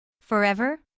Forever